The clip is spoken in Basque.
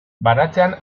baratzean